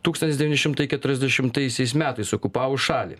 tūkstantis devyni šimtai keturiasdešimtaisiais metais okupavus šalį